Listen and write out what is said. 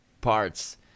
parts